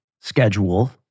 schedule